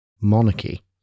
monarchy